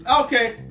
Okay